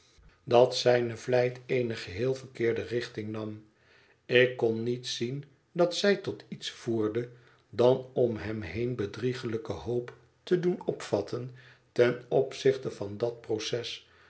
dat zijne vlijt eene geheel verkeerde richting nam ik kon niet zien dat zij tot iets voerde dan om hem eene bedrieglijke hoop te doen opvatten ten opzichte van dat proces